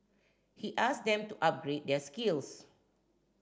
he asked them to upgrade their skills